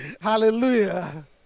Hallelujah